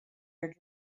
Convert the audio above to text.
your